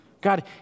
God